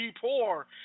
poor